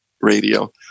radio